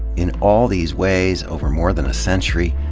in all these ways, over more than a century,